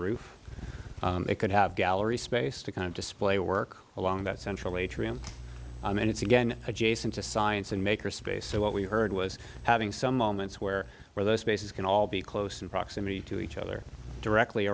they could have gallery space to kind of display work along that central atrium and it's again adjacent to science and maker space so what we heard was having some moments where where those spaces can all be close in proximity to each other directly